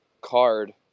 card